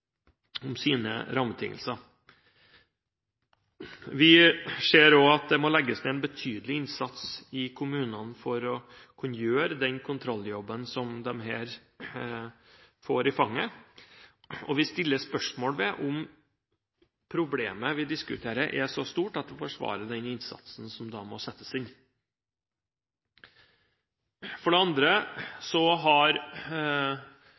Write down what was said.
sine rammebetingelser. Vi ser også at det må legges ned en betydelig innsats i kommunene for å kunne gjøre den kontrolljobben som de her får i fanget, og vi stiller spørsmål ved om problemet vi diskuterer, er så stort at det forsvarer den innsatsen som da må settes inn. For det andre har